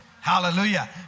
Hallelujah